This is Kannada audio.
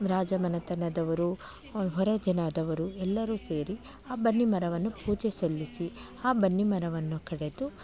ರಾಜ ಮನೆತನದವರು ಹೊರ ಜನದವರು ಎಲ್ಲರೂ ಸೇರಿ ಆ ಬನ್ನಿ ಮರವನ್ನು ಪೂಜೆ ಸಲ್ಲಿಸಿ ಆ ಬನ್ನಿ ಮರವನ್ನು ಕಡಿದು